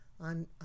on